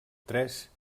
tres